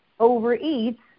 overeat